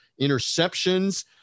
interceptions